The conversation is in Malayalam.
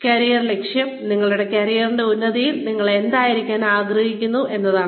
കരിയർ ലക്ഷ്യം നിങ്ങളുടെ കരിയറിന്റെ ഉന്നതിയിൽ നിങ്ങൾ എന്തായിരിക്കാൻ ആഗ്രഹിക്കുന്നു എന്നതാണ്